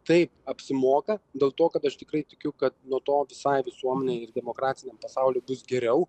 taip apsimoka dėl to kad aš tikrai tikiu kad nuo to visai visuomenei ir demokratiniam pasauliui bus geriau